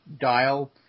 dial